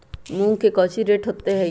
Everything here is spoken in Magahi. मूंग के कौची रेट होते हई?